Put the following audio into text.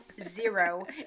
zero